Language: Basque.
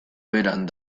beran